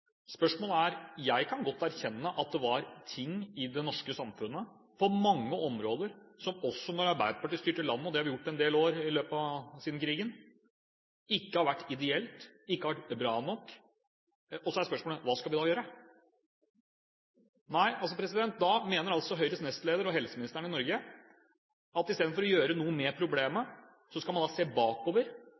i det norske samfunnet også da Arbeiderpartiet styrte landet – det har vi gjort en del år siden krigen – som ikke har vært ideelle, ikke har vært bra nok, men så er spørsmålet: Hva skal vi da gjøre? Da mener altså Høyres nestleder og helseministeren i Norge at i stedet for å gjøre noe med problemet skal man se bakover